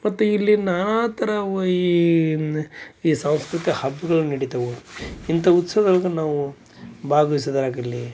ಮತ್ತು ಇಲ್ಲಿ ನಾನಾ ಥರ ಈ ಈ ಸಾಂಸ್ಕೃತ ಹಬ್ಬಗಳು ನಡಿತವೆ ಇಂಥ ಉತ್ಸವಗಳಿಗೆ ನಾವು ಭಾಗವಯ್ಸುದು ಆಗಿರಲಿ